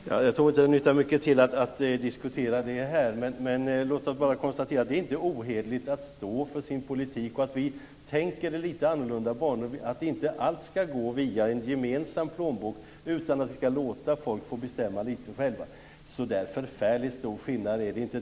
Fru talman! Jag tror inte att det nyttar mycket till att diskutera det här. Låt oss bara konstatera att det inte är ohederligt att stå för sin politik. Vi tänker i litet annorlunda banor. Allt skall inte gå via en gemensam plånbok, utan vi skall låta folk få bestämma litet själva. Så där förfärligt stor skillnad är det inte.